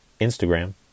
Instagram